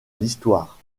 l’histoire